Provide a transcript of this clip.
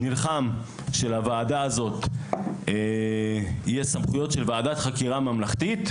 ונלחם על כך שלוועדה הזו יהיו סמכות של ועדת חקירה ממלכתית.